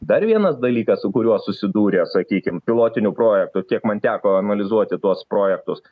dar vienas dalykas su kuriuo susidūrė sakykim pilotinių projektų kiek man teko analizuoti tuos projektus